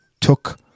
took